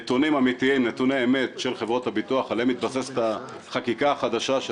נתוני אמת של חברות הביטוח שעליהם מתבססת החקיקה החדשה,